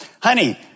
Honey